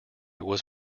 was